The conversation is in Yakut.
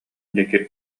диэки